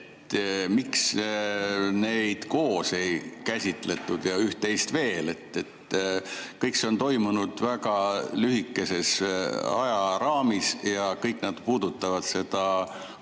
Miks neid koos ei käsitletud ja üht‑teist veel? Kõik see on toimunud väga lühikeses ajaraamis ja kõik need seadused puudutavad seda hullu